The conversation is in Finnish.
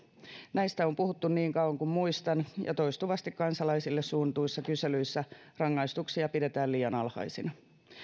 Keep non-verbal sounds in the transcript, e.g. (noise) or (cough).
näistä on puhuttu niin kauan kuin muistan (unintelligible) ja toistuvasti kansalaisille suunnatuissa kyselyissä rangaistuksia pidetään liian alhaisina